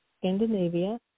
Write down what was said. Scandinavia